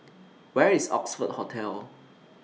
Where IS Oxford Hotel